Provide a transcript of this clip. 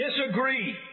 disagree